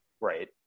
Right